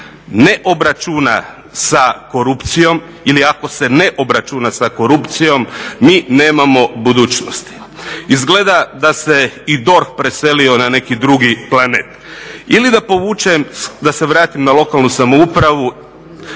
ne obračuna sa korupcijom, ili ako se ne obračuna sa korupcijom mi nemamo budućnosti. Izgleda da se i DORH preselio na neki drugi planet. Ili da povučem, da se vratim na lokalnu samoupravu,